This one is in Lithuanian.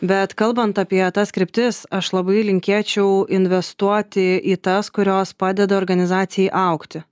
bet kalbant apie tas kryptis aš labai linkėčiau investuoti į tas kurios padeda organizacijai augti